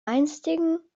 einstigen